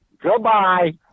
Goodbye